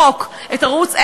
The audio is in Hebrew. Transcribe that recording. את ערוץ 10,